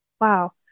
Wow